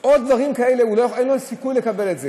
או דברים כאלה, אין לו סיכוי לקבל את זה.